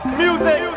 music